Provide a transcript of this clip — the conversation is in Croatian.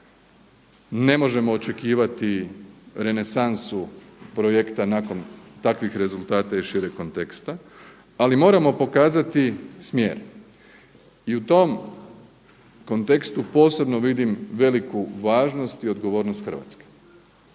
Ne možemo očekivati renesansu projekta nakon takvih rezultata iz šireg konteksta ali moramo pokazati smjer. I u tom kontekstu posebno vidim veliku važnost i odgovornost Hrvatske.